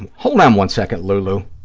on. hold on one second, lulu.